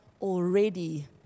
already